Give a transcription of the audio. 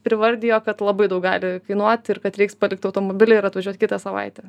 privardijo kad labai daug gali kainuot ir kad reiks palikt automobilį ir atvažiuot kitą savaitę